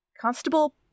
Constable